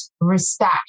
respect